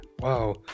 wow